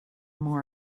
more